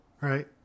Right